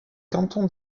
canton